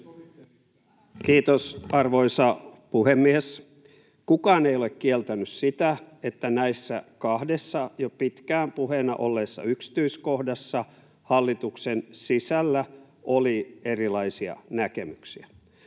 Kiitos, arvoisa puhemies! Kukaan ei ole kieltänyt sitä, että näissä kahdessa jo pitkään puheena olleessa yksityiskohdassa hallituksen sisällä oli erilaisia näkemyksiä,